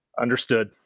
Understood